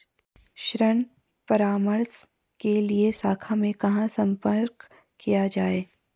ऋण परामर्श के लिए शाखा में कहाँ संपर्क किया जाए?